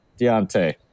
Deontay